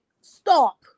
Stop